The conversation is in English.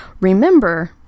remember